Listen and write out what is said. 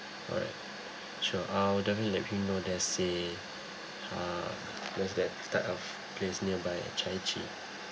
alright sure I'll definitely let him know there's the uh know there's type of place nearby at chai chee